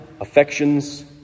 affections